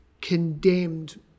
condemned